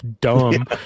dumb